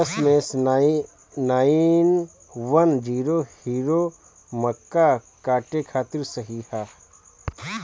दशमेश nine one zero zero मक्का काटे खातिर सही ह?